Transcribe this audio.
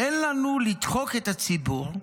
אין לנו לדחוק את הציבור,